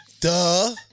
Duh